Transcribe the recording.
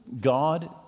God